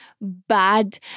bad